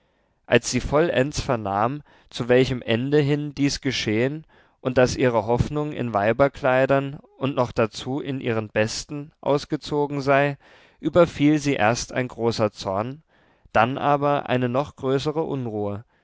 als sie vollends vernahm zu welchem ende hin dies geschehen und daß ihre hoffnung in weiberkleidern und noch dazu in ihren besten ausgezogen sei überfiel sie erst ein großer zorn dann aber eine noch größere unruhe